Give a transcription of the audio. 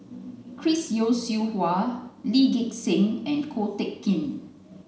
Chris Yeo Siew Hua Lee Gek Seng and Ko Teck Kin